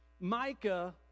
Micah